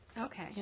Okay